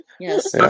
Yes